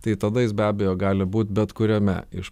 tai tada jis be abejo gali būt bet kuriame iš